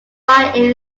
buy